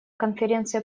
конференция